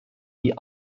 die